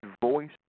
voice